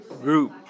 group